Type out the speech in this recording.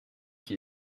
qui